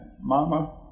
mama